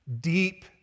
Deep